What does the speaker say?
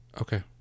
Okay